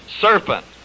serpent